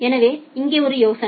எனவே இங்கே ஒரு யோசனை